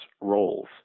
roles